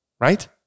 Right